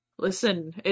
Listen